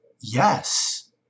yes